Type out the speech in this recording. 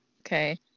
Okay